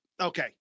okay